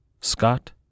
Scott